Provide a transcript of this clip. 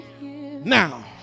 now